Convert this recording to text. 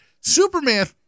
Superman